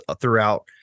throughout